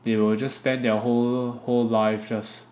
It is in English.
they will just spend their whole whole life just